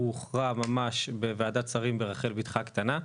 הוא הוכרע ממש בוועדת שרים ברחל בתך הקטנה.